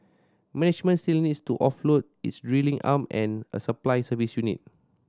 management still needs to offload its drilling arm and a supply service unit